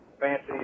fancy